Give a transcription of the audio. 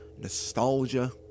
nostalgia